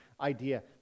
idea